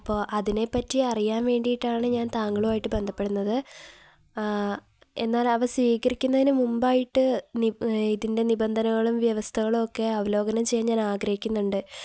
അപ്പോള് അതിനെപ്പറ്റി അറിയാൻ വേണ്ടിയിട്ടാണ് ഞാൻ താങ്കളുമായിട്ടു ബന്ധപ്പെടുന്നത് എന്നാൽ അവ സ്വീകരിക്കുന്നതിനു മുമ്പായിട്ട് ഇതിൻ്റെ നിബന്ധനകളും വ്യവസ്ഥകളും ഒക്കെ അവലോകനം ചെയ്യാൻ ഞാൻ ആഗ്രഹിക്കുന്നുണ്ട്